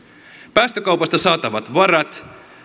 päästökaupasta saatavat varat